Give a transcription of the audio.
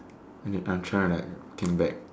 wait I'm trying to like think back